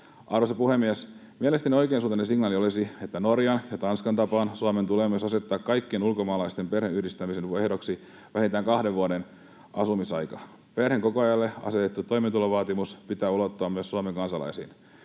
Arvoisa puhemies! Mielestäni oikeansuuntainen signaali olisi, että Norjan ja Tanskan tapaan myös Suomi asettaisi kaikkien ulkomaalaisten perheenyhdistämisen ehdoksi vähintään kahden vuoden asumisajan. Perheenkokoajalle asetetun toimeentulovaatimuksen pitää ulottua myös Suomen kansalaisiin.